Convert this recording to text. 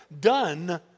done